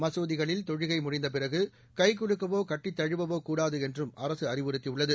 மசூதிகளில் தொழுகை முடிந்தபிறகு கைகுலுக்கவோ கட்டித் தழுவவோ கூடாது என்றும் அரசு அறிவுறுத்தியுள்ளது